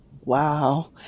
Wow